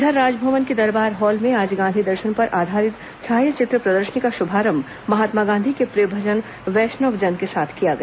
इधर राजभवन के दरबार हॉल में आज गांधी दर्शन पर आधारित छायाचित्र प्रदर्शनी का शुभारंभ महात्मा गांधी के प्रिय भजन वैष्णव जन के साथ किया गया